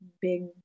big